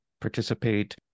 participate